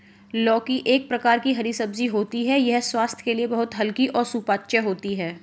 लौकी एक प्रकार की हरी सब्जी होती है यह स्वास्थ्य के लिए बहुत हल्की और सुपाच्य होती है